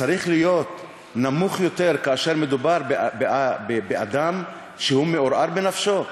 צריך להיות נמוך יותר כאשר מדובר באדם שהוא מעורער בנפשו?